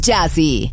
Jazzy